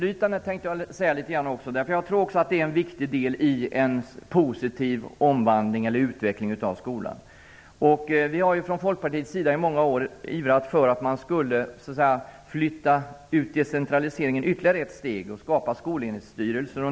Jag tänkte säga litet grand om föräldrainflytandet. Jag tror att det är en viktig del i en positiv utveckling av skolan. Vi i Folkpartiet har i många år ivrat för att decentraliseringen skall flyttas ut ytterligare ett steg och för att skapa skolstyrelser.